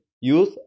use